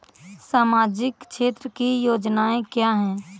सामाजिक क्षेत्र की योजनाएँ क्या हैं?